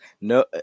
No